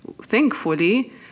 thankfully